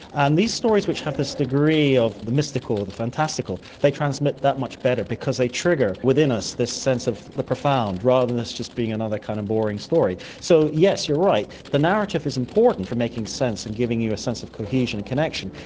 and these stories which have this degree of the mystical or the fantastical, they transmit that much better, because they trigger within us this sense of the profound, rather than it just being another kind of boring story. so yes, you're right. the narrative is important for making sense and giving you a sense of cohesion and connection.